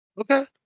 okay